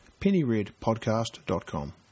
pennyredpodcast.com